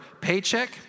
paycheck